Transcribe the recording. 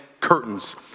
curtains